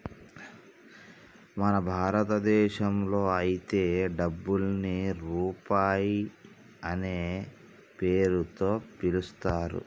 మన భారతదేశంలో అయితే డబ్బుని రూపాయి అనే పేరుతో పిలుత్తారు